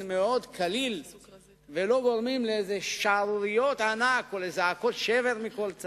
ולא לפי האינטרסים של כלל האזרחים.